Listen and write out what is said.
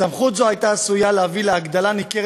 סמכות זו הייתה עשויה ואמורה להביא להגדלה ניכרת